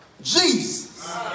Jesus